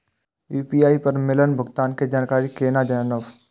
UPI पर मिलल भुगतान के जानकारी केना जानब?